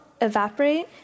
evaporate